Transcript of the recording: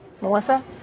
Melissa